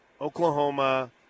Oklahoma